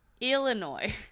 Illinois